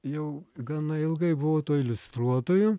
jau gana ilgai buvau iliustruotoju